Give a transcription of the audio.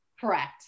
Correct